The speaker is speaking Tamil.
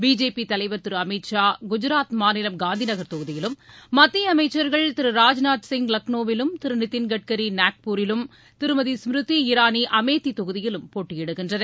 பிஜேபி தலைவர் திரு அமித் ஷா குஜராத் மாநிலம் காந்திநகர் தொகுதியிலும் மத்திய அமைச்சர்கள் திரு ராஜ்நாத் சிங் லக்ளோவிலும் திரு நிதின் கட்கரி நாக்பூரிலும் திருமதி ஸ்மிருதி இராணி அமேதி தொகுதியிலும் போட்டியிடுகின்றனர்